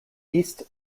east